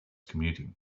commuting